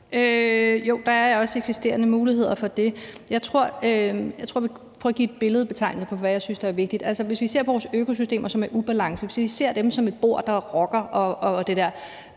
Jo, der er jo også eksisterende muligheder for det. Jeg tror, jeg vil prøve at give en billedlig betegnelse for, hvad jeg synes, der er vigtigt. Vi kan se på vores økosystemer, som er i ubalance, som et bord, der rokker osv.,